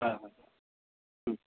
হ্যাঁ হুম